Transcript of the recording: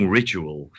ritual